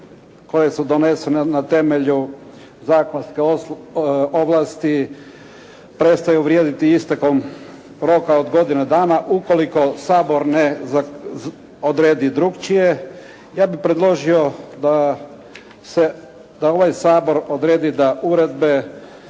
koje su donesene na temelju zakonske ovlasti prestaju vrijediti istekom roka od godine dana ukoliko Sabor ne odredi drukčije. Ja bih predložio da ovaj Sabor odredi da uredbe